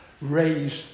raise